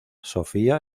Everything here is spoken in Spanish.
sofía